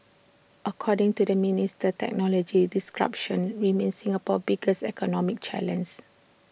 according to the minister technology disruption remains Singapore's biggest economic challenges